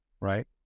right